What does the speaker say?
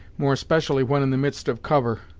more especially when in the midst of cover,